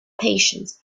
patience